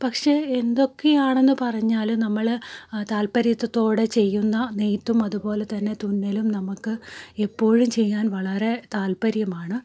പക്ഷെ എന്തൊക്കെയാണെന്ന് പറഞ്ഞാലും നമ്മൾ താല്പര്യത്തോടെ ചെയ്യുന്ന നെയ്ത്തും അതുപോലെതന്നെ തുന്നലും നമുക്ക് എപ്പോഴും ചെയ്യാൻ വളരെ താല്പര്യമാണ്